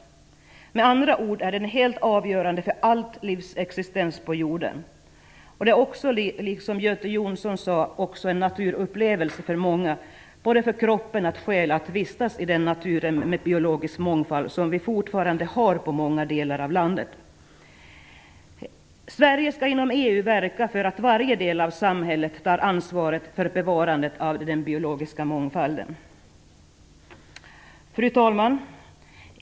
Med andra ord är den helt avgörande för allt livs existens på jorden. Det är också, som Göte Jonsson sade, en naturupplevelse för många, för både kropp och själ, att vistas i den natur med biologisk mångfald som vi fortfarande har i många delar av landet. Sverige skall inom EU verka för att varje del av samhället tar ansvar för bevarandet av den biologiska mångfalden. Fru talman!